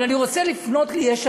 אבל אני רוצה לפנות ליש עתיד.